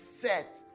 set